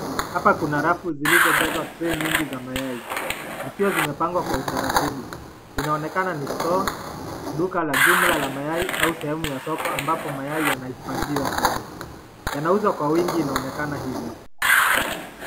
Hapa kuna rafu nyingi zilizojaza mayai zikiwa zimepangwa kwa utaratibu. Inaonekana ni store duka ya jumla ya mayai au sehemu ya soko ambapo mayai yanahifadhiwa sana. Yanauzwa kwa wingi inaonekana hivyo.